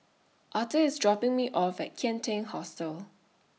Arthor IS dropping Me off At Kian Teck Hostel